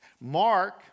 Mark